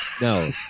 No